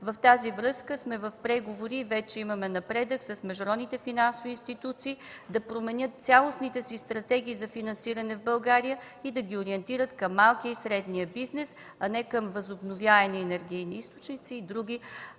В тази връзка сме в преговори и вече имаме напредък с международните финансови институции – да променят цялостните си стратегии за финансиране в България и да ги ориентират към малкия и среден бизнес, а не към възобновяеми енергийни източници и други